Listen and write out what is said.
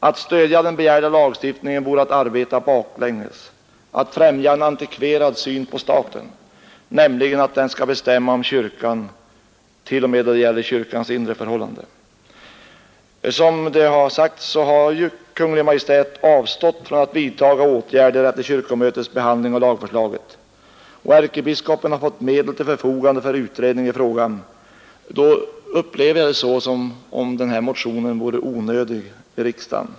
Att stödja den begärda lagstiftningen vore att arbeta baklänges, att främja en antikverad syn på staten — nämligen att den skall bestämma om kyrkan t.o.m. då det gäller dennas inre förhållanden. Som det har sagts har ju Kungl. Maj:t avstått från att vidtaga åtgärder efter kyrkomötets behandling av lagförslaget, och ärkebiskopen har fätt medel till förfogande för utredning i frågan. Då upplever jag det så som om den här motionen i riksdagen vore onödig.